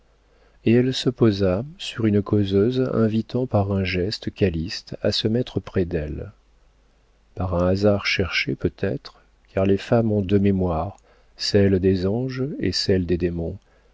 et elle se posa sur une causeuse invitant par un geste calyste à se mettre près d'elle par un hasard cherché peut-être car les femmes ont deux mémoires celle des anges et celle des démons